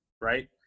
right